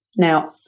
now,